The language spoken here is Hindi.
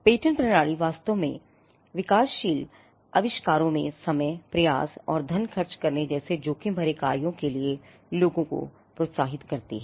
पेटेंट प्रणाली वास्तव में विकासशील आविष्कारों में समय प्रयास और धन खर्च करने जैसे जोखिम भरे कार्यों के लिए लोगों को प्रोत्साहित करती है